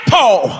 Paul